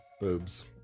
Boobs